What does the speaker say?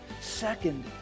Second